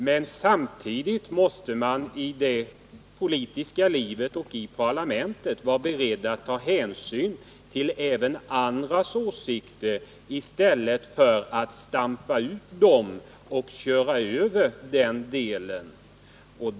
Men samtidigt måste man i det politiska livet och i parlamentet vara beredd att även ta hänsyn till andras åsikter i stället för att stampa ut dem och köra över dem.